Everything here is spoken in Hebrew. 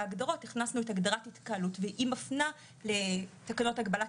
בהגדרות הכנסנו את הגדרת התקהלות והיא מפנה לתקנות הגבלת